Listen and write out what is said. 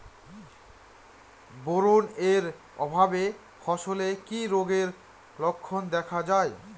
Boron এর অভাবে ফসলে কি রোগের লক্ষণ দেখা যায়?